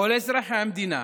כל אזרחי המדינה,